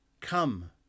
Come